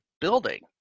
building